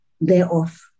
thereof